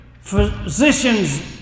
physician's